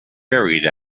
buried